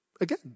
Again